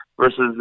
versus